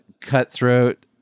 cutthroat